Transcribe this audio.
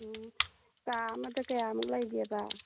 ꯑꯣ ꯀꯥ ꯑꯃꯗ ꯀꯌꯥꯃꯨꯛ ꯂꯩꯒꯦꯕ